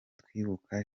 twibuka